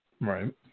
Right